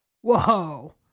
Whoa